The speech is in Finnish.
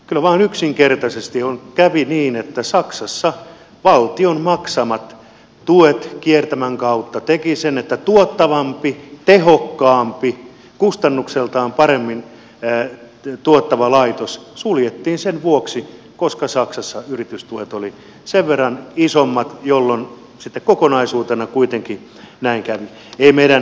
kyllä vain yksinkertaisesti kävi niin että saksassa valtion maksamat tuet kiertämän kautta tekivät sen että tuottavampi tehokkaampi kustannuksiltaan paremmin tuottava laitos suljettiin sen vuoksi että saksassa yritystuet olivat sen verran isommat jolloin sitten kokonaisuutena kuitenkin näin kävi